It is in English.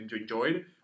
enjoyed